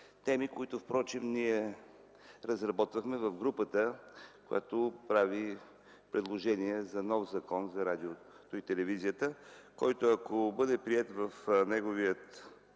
теми, които впрочем разработвахме в групата, която прави предложения за нов Закон за радиото и телевизията. Ако той бъде приет в неговия